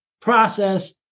process